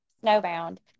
Snowbound